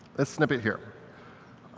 a snippet here.